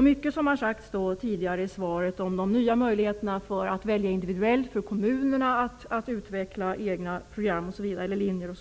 Mycket som har sagts tidigare i svaret om de nya möjligheterna att välja individuellt och för kommunerna att utveckla egna program osv. är bra.